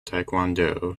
taekwondo